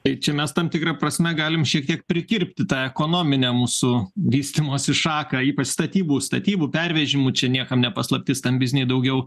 tai čia mes tam tikra prasme galime šiek tiek prikirpti tą ekonominę mūsų vystymosi šaką ypač statybų statybų pervežimų čia niekam ne paslaptis tam bizny daugiau